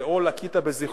או שלקית בזיכרונך,